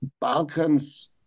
Balkans